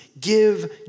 give